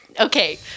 okay